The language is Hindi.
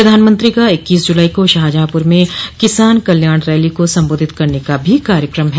प्रधानमंत्री का इक्कीस जुलाई को शाहजहांपुर में किसान कल्याण रैली को संबोधित करने का भी कार्यक्रम है